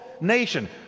nation